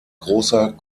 großer